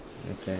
okay